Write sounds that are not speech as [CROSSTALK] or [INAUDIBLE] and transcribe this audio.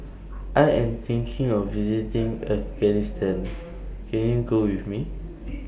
I Am thinking of visiting Afghanistan [NOISE] Can YOU Go with Me